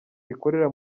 rikorera